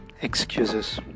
Excuses